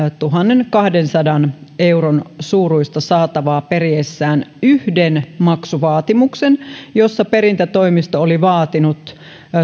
tuhannenkahdensadan euron suuruista saatavaa periessään yhden maksuvaatimuksen jossa perintätoimisto oli vaatinut